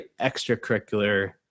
extracurricular